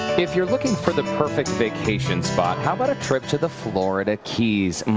if you're looking for the perfect vacation spot, how about a tribute to the florida keys? and